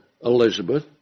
Elizabeth